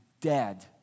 dead